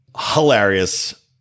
hilarious